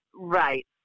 right